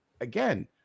Again